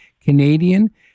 Canadian